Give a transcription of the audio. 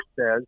says